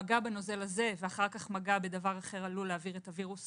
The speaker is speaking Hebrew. מגע בנוזל הזה ואחר כך מגע בדבר אחר עלול להעביר את הווירוס